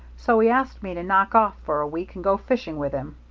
so he asked me to knock off for a week and go fishing with him.